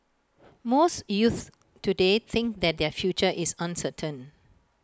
most youths today think that their future is uncertain